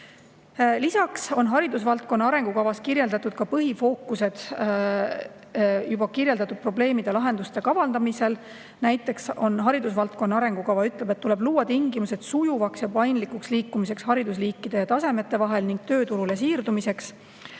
Lisaks on haridusvaldkonna arengukavas kirjas olevad põhifookused juba märgitud probleemide lahenduste kavandamisel. Näiteks haridusvaldkonna arengukava ütleb, et tuleb luua tingimused sujuvaks ja paindlikuks liikumiseks haridusliikide ja -tasemete vahel ning tööturule siirdumiseks,